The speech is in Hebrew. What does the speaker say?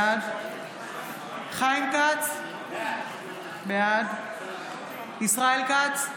בעד חיים כץ, בעד ישראל כץ,